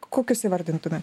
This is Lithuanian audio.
kokius įvardintumėt